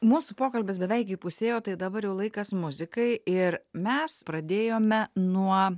mūsų pokalbis beveik įpusėjo tai dabar jau laikas muzikai ir mes pradėjome nuo